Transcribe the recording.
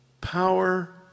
power